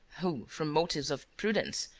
who, from motives of prudence,